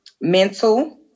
mental